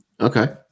okay